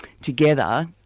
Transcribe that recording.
together